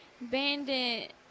bandit